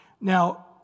Now